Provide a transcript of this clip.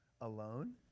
alone